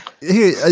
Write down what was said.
hey